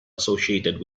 associated